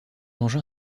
engin